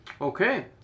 Okay